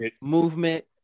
movement